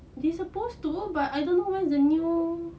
they supposed to but I don't know what's the new